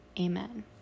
Amen